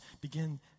begin